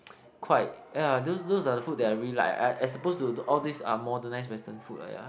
quite yeah those those are the food that I really like as as opposed to all these modernised western food ah yeah